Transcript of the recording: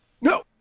No